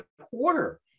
quarter